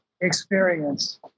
experience